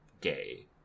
gay